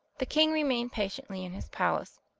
the king remained patiently in his palace,